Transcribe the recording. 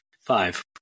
Five